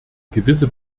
gewisse